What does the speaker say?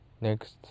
next